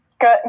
good